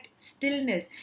stillness